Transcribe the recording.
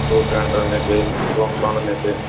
କେଉଁ ବ୍ରାଣ୍ଡର ନେବେ କ'ଣ କ'ଣ ନେବେ